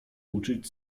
uczyć